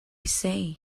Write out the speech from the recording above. say